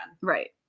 Right